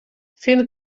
fent